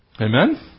Amen